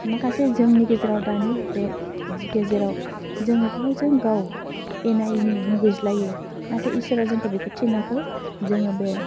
माखासे जोंनि गेजेराव दानि बे जि गेजेराव जोङो गावजों गाव एना एनि मुगैज्लायो नाथाइ इसोरा जोंखौ बेखौ थिनाखै जोङो बे